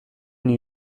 new